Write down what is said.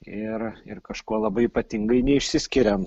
ir ir kažkuo labai ypatingai neišsiskiriam